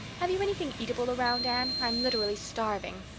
have you anything eatable around, anne? i'm literally starving.